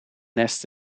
nests